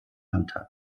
landtag